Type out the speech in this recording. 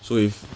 so if